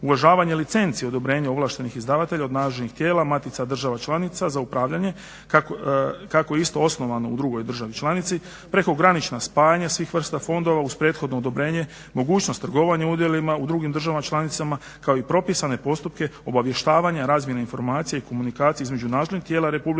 uvažavanjem licenci odobrenje ovlaštenih izdavatelja od nadležnih tijela, matica država članica za upravljanje kako isto osnovano u drugoj državi članici, preko granično spajanje svih vrsta fondova uz prethodno odobrenje, mogućnost trgovanja u ostalim državama članicama kao i propisane postupke obavještavanja, razmjene informacija i komunikacije između nadležnih tijela RH i država